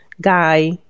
guy